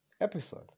episode